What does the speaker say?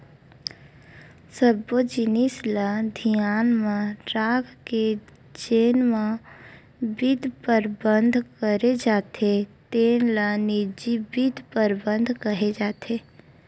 सब्बो जिनिस ल धियान म राखके जेन म बित्त परबंध करे जाथे तेन ल निजी बित्त परबंध केहे जाथे